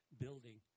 building